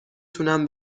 تونم